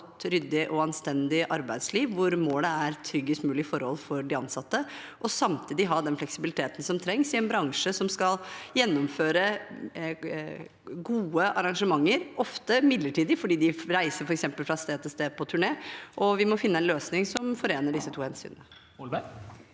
ryddig og anstendig arbeidsliv, hvor målet er tryggest mulig forhold for de ansatte, og samtidig ha den fleksibiliteten som trengs i en bransje som skal gjennomføre gode arrangementer, ofte midlertidig, fordi de reiser f.eks. fra sted til sted på turné. Vi må finne en løsning som forener disse to hensynene.